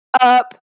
up